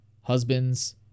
husbands